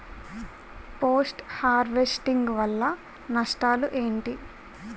Post harvesting వల్ల నష్టాలు ఏంటి?